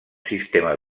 sistema